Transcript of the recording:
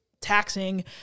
taxing